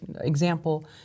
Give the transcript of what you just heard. example